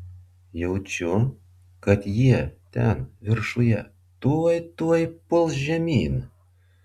jaučiu kad jie ten viršuje tuoj tuoj puls žemyn